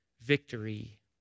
victory